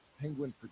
penguin